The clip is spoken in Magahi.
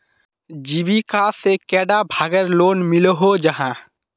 जीविका से कैडा भागेर लोन मिलोहो जाहा?